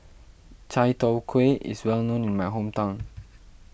Chai Tow Kuay is well known in my hometown